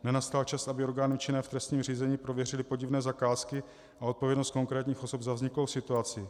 Nenastal čas, aby orgány činné v trestním řízení prověřily podivné zakázky a odpovědnost konkrétních osob za vzniklou situaci?